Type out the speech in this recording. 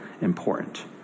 important